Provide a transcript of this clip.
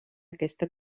aquesta